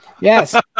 Yes